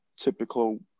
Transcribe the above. typical